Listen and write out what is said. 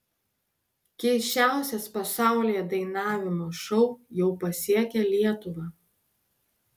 keisčiausias pasaulyje dainavimo šou jau pasiekė lietuvą